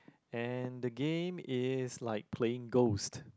and the game is like playing ghost